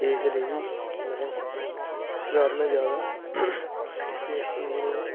ਇਸ ਲਈ ਮੈਂ ਸਾਰਿਆਂ ਨਾਲੋਂ ਜ਼ਿਆਦਾ ਇਸ ਚੀਜ਼ ਨੂੰ